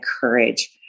courage